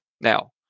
Now